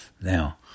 Now